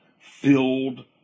filled